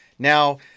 Now